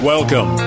Welcome